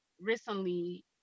recently